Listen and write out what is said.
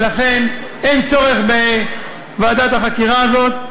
ולכן אין צורך בוועדת החקירה הזאת,